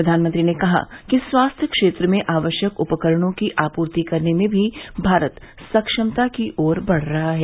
प्रधानमंत्री ने कहा कि स्वास्थ्य क्षेत्र में आवश्यक उपकरणों की आपूर्ति करने में भी भारत सक्षमता की ओर बढ रहा है